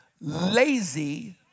lazy